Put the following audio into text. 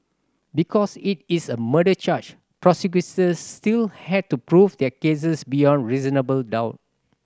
because it is a murder charge prosecutors still had to prove their cases beyond reasonable doubt